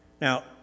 Now